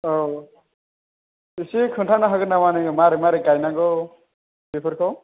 औ एसे खोनथानो हागोन नामा नोङो मारै मारै गायनांगौ बेफोरखौ